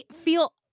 feel